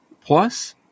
plus